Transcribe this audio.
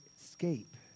escape